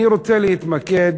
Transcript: אני רוצה להתמקד